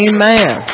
Amen